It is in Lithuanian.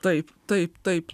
taip taip taip